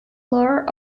lore